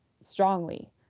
strongly